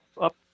up –